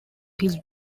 his